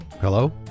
Hello